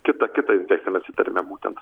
kitą kitą infekciją mes įtarėme būtent